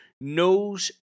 knows